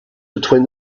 between